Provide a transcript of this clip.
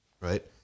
right